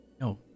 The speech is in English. No